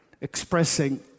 expressing